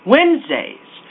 Wednesdays